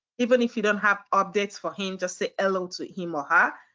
even if you don't have updates for him, just say hello to him or her.